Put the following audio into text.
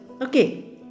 Okay